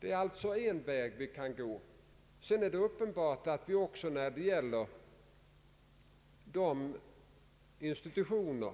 Det är också uppenbart att vi — då det gäller de institutioner